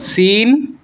চীন